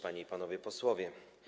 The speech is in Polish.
Panie i Panowie Posłowie!